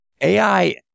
AI